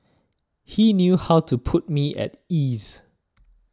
he knew how to put me at ease